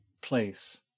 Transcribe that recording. place